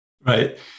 Right